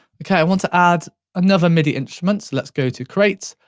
okay i want to add another midi instrument, so let's go to create,